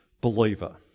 believer